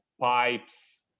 pipes